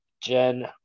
Jen